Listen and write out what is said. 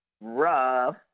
rough